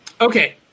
Okay